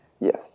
Yes